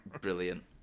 brilliant